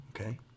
okay